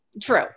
true